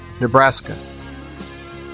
Nebraska